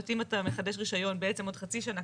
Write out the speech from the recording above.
אם אתה מחדש רישיון בעצם עוד חצי שנה,